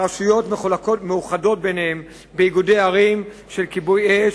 הרשויות מאוחדות ביניהן באיגודי ערים של כיבוי אש,